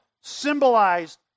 symbolized